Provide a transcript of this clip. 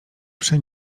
przy